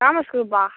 commerce குரூப்பா